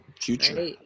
future